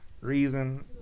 reason